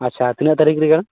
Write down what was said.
ᱟᱪᱪᱷᱟ ᱛᱤᱱᱟᱹᱜ ᱛᱟᱹᱨᱤᱠ ᱨᱮ ᱠᱟᱱᱟ